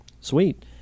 Sweet